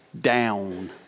down